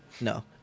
No